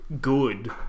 good